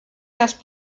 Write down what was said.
las